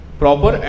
proper